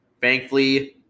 thankfully